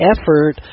effort